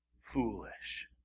foolish